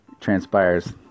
transpires